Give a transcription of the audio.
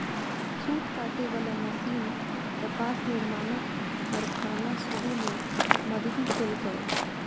सूत काटे बला मशीन कपास निर्माणक कारखाना शुरू मे मदति केलकै